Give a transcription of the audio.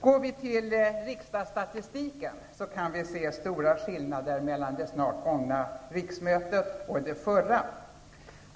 Går vi till riksdagsstatistiken kan vi se stora skillnader mellan det snart gångna riksmötet och det förra.